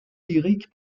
lyrique